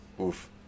Oof